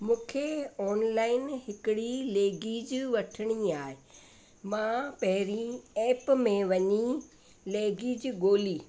मुखे ऑनलाइन हिकिड़ी लैगीज वठिणी आहे मां पहिरीं ऐप में वञी लैगीज ॻोल्ही